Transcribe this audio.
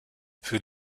für